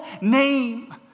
name